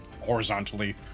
horizontally